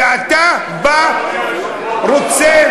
ואתה רוצה,